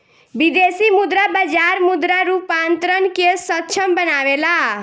विदेशी मुद्रा बाजार मुद्रा रूपांतरण के सक्षम बनावेला